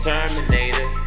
Terminator